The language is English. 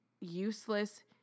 useless